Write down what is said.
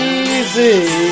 easy